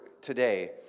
today